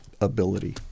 ability